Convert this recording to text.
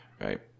Right